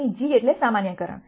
અહીં જી એટલે સામાન્યીકરણ